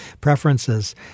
preferences